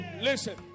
listen